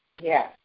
Yes